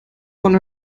von